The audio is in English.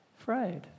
afraid